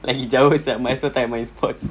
lagi jauh sia might as well tak yah main sports